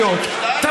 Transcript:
ב-1992?